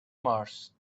mars